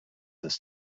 this